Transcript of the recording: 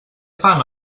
fan